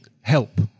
help